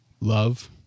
love